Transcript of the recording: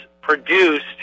produced